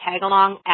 Tagalong